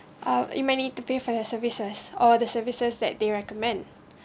oh you may need to pay for your services or the services that they recommend